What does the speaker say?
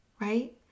right